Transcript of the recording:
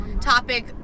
topic